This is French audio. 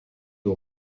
aux